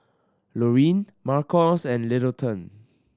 Loreen Marcos and Littleton